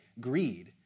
greed